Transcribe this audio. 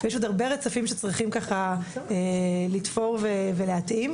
ויש עוד הרבה רצפים שצריכים לתפור ולהתאים.